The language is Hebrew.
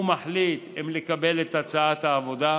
הוא מחליט אם לקבל את הצעת העבודה,